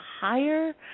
higher